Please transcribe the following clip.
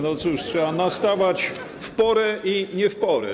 No cóż, trzeba nastawać w porę i nie w porę.